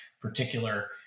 particular